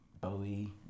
Bowie